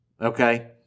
okay